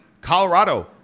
colorado